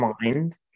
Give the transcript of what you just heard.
mind